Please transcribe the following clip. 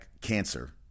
cancer